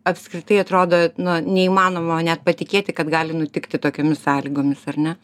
apskritai atrodo nu neįmanoma net patikėti kad gali nutikti tokiomis sąlygomis ar ne